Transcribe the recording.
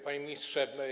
Panie Ministrze!